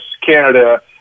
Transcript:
Canada